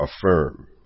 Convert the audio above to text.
affirm